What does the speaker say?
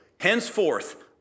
henceforth